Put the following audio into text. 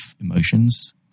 emotions